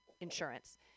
insurance